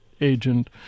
agent